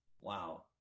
Wow